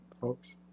folks